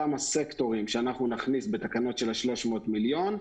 אותם הסקטורים שאנחנו נכניס בתקנות של 300 מיליון,